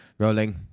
Rolling